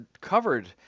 covered